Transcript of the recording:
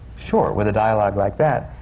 sure, with a dialogue like that,